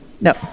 No